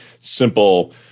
simple